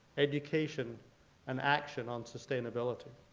education and action on sustainability.